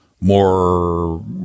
more